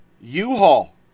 U-Haul